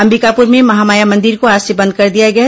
अंबिकापुर में महामाया मंदिर को आज से बंद कर दिया गया है